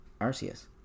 Arceus